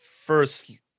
first